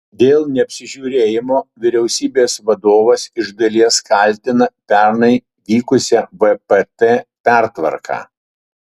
dėl neapsižiūrėjimo vyriausybės vadovas iš dalies kaltina pernai vykusią vpt pertvarką